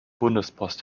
bundespost